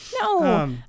No